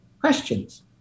questions